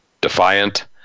defiant